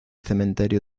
cementerio